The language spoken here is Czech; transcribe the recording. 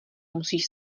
musíš